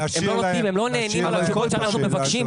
הם לא נענים לשאלות שאנחנו מבקשים.